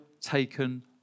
taken